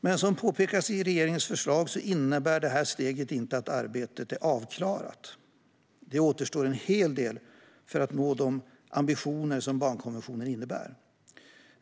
varför. Som påpekas i regeringens förslag innebär detta steg inte att arbetet är avklarat. Det återstår en hel del för att nå de ambitioner som barnkonventionen innebär.